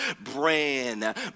brand